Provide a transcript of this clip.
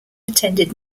attended